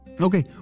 okay